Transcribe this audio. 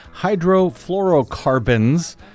hydrofluorocarbons